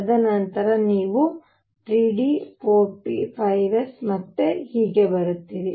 ತದನಂತರ ನೀವು 3d 4p 5s ಮತ್ತು ಹೀಗೆ ಬರುತ್ತೀರಿ